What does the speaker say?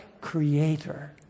creator